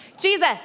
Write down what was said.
Jesus